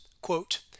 quote